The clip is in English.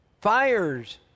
fires